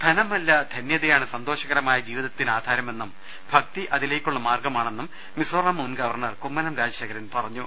ധനമല്ല ധന്യതയാണ് സന്തോഷകരമായ ജീവിതത്തി നാധാരമെന്നും ഭക്തി അതിലേക്കുള്ള മാർഗ്ഗമാണെന്നും മിസോറാം മുൻഗവർണർ കുമ്മനം രാജശേഖരൻ പറഞ്ഞു